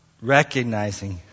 recognizing